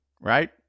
right